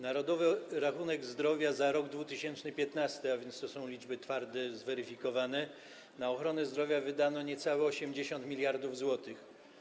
Narodowy Rachunek Zdrowia za rok 2015, a więc to są liczby twarde, zweryfikowane: na ochronę zdrowia wydano niecałe 80 mld zł.